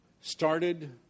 started